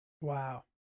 Wow